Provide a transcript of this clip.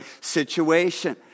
situation